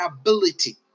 ability